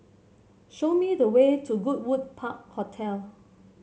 show me the way to Goodwood Park Hotel